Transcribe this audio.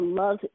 love